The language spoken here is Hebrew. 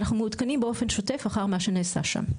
ואנחנו מעודכנים באופן שוטף אחר מה שנעשה שם.